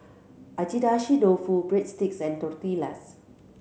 Agedashi Dofu Breadsticks and Tortillas